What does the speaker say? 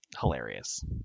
hilarious